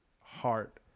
heart